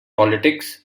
politics